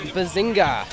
Bazinga